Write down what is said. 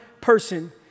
person